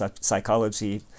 psychology